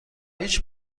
هیچ